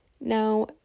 Now